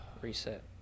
reset